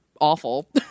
awful